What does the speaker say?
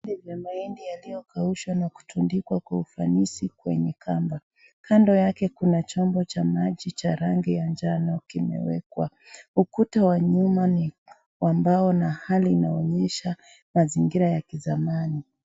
Haya ni mahindi yaliyokaushwa na kutundikwa kwa ufanisi kwenye kamba. Kando yake kuna chombo cha maji cha rangi ya njano kimewekwa. Ukuta wa nyuma ni wa mbao na hali inayoonyesha mazingira ya kizamani.